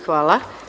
Hvala.